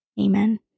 Amen